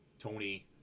Tony